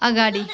अगाडि